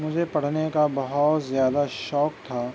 مجھے پڑھنے کا بہت زیادہ شوق تھا